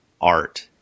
art